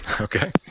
Okay